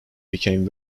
became